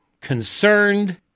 concerned